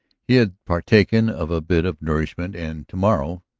he had partaken of a bit of nourishment and to-morrow,